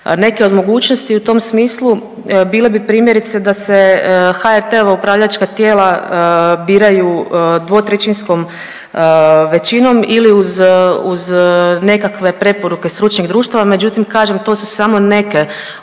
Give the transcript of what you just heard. Neke od mogućnosti u tom smislu bile bi, primjerice, da se HRT-ova upravljačka tijela biraju dvotrećinskom većinom ili uz, uz nekakve preporuke stručnih društava, međutim, kažem, to su samo neke